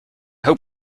hope